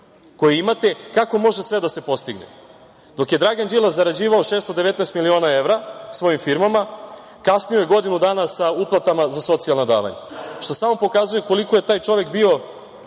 koji imate kako može sve da se postigne. Dok je Dragan Đilas zarađivao 619 miliona evra svojim firmama, kasnio je godinu dana sa uplatama za socijalna davanja, što samo pokazuje koliko je taj čovek bio